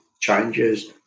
changes